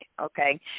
Okay